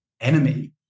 enemy